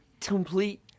complete